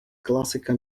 classical